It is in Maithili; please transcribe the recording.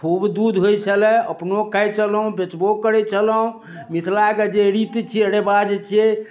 खूब दूध होइत छलए अपनो खाइत छलहुँ बेचबो करैत छलहुँ मिथलाके जे रीत छियै रिवाज छियै